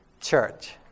church